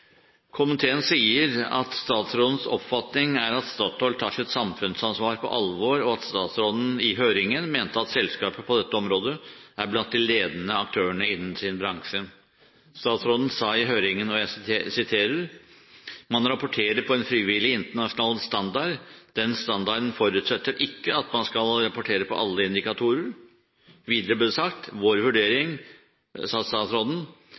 Komiteen sier at statsrådens oppfatning er at Statoil tar sitt samfunnsansvar på alvor, og at statsråden – i høringen – mente at selskapet på dette området er blant de ledende aktørene i sin bransje. Statsråden sa i høringen: «Man rapporterer på en frivillig, internasjonal standard. Den standarden forutsetter ikke at man skal rapportere på alle indikatorer Videre